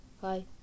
Hi